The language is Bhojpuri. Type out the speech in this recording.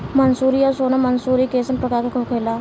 मंसूरी और सोनम मंसूरी कैसन प्रकार होखे ला?